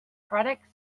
products